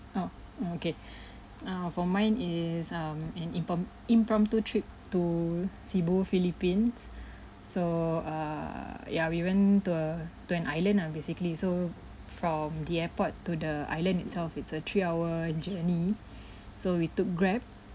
oh okay uh for mine is um an impom~ impromptu trip to cebu philippines so err uh ya we went to a to an island ah basically so from the airport to the island itself is a three hour journey so we took Grab